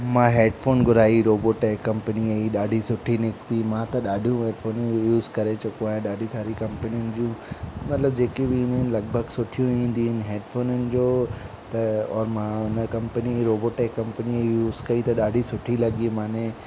मां हेडफोन घुराई रोबोटैक कंपनीअ जी ॾाढी सुठी निकिती मां त ॾाढी हेडफोनियूं यूस करे चुकियो आहियां ॾाढी सारी कंपनियुनि जूं मतिलबु जेकियूं बि ईंदियूं आहिनि लॻभॻि सुठियूं ई ईंदियूं इन हेडफोननि जो त और मां हुन कंपनी रोबोटैक कंपनीअ जी यूज़ कई त ॾाढी सुठी लॻी माने